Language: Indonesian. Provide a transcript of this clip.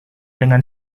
dengan